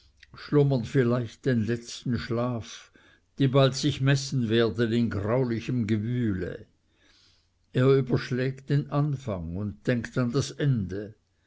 schlummern viel leicht den letzten schlaf die bald sich messen werden in graulichem gewühle er überschlägt den anfang und denkt an das ende